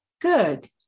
Good